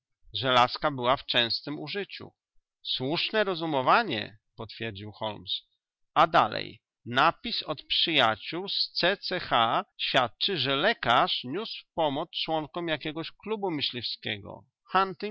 laska była w częstem użyciu słuszne rozumowanie przytwierdził holmes a dalej napis od przyjaciół z c c h świadczy że lekarz niósł pomoc członkom jakiegoś klubu